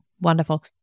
Wonderful